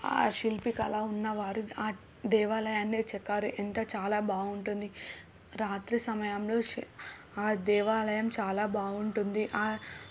ఆ శిల్పికళ ఉన్న వారు ఆ దేవాలయాన్నే చెక్కారు ఎంత చాలా బాగుంటుంది రాత్రి సమయంలో ఆ దేవాలయం చాలా బాగుంటుంది